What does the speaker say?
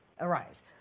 arise